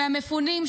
מהמפונים,